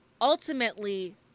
ultimately